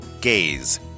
Gaze